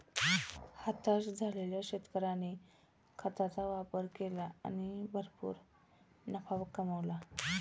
हताश झालेल्या शेतकऱ्याने खताचा वापर केला आणि भरपूर नफा कमावला